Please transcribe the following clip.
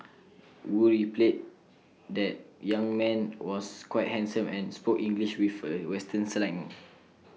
wu relayed that young man was quite handsome and spoke English with A western slang